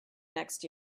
next